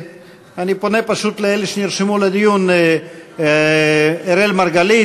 אני פונה פשוט לאלו שנרשמו לדיון: אראל מרגלית,